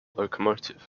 locomotive